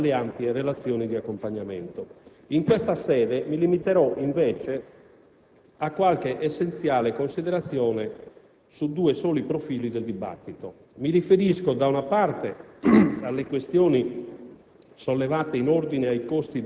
al vostro esame, mi rimetto alle ampie relazioni di accompagnamento. In questa sede mi limiterò, invece, a qualche essenziale considerazione su due soli profili del dibattito. Mi riferisco, da una parte, alle questioni